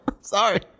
Sorry